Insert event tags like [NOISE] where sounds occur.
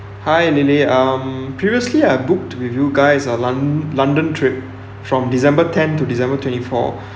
hi lily um previously I booked with you guys ah lon~ london trip from december tenth to december twenty fourth [BREATH]